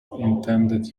intended